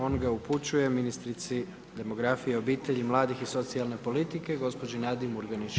On ga upućuje ministrici demografije, obitelji, mladih i socijalne politike, gospođi Nadi Murganić.